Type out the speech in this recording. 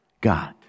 God